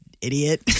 Idiot